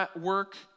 work